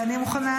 ואני מוכנה,